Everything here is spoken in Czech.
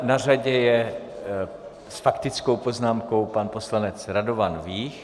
Na řadě je s faktickou poznámkou pan poslanec Radovan Vích.